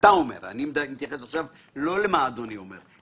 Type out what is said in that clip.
אדוני המנכ"ל,